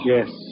Yes